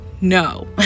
no